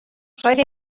roedd